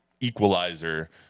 equalizer